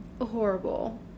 horrible